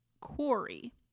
quarry